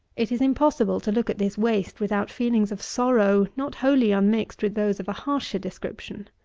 it is impossible to look at this waste without feelings of sorrow not wholly unmixed with those of a harsher description.